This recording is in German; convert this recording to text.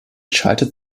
schaltet